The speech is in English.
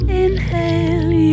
inhale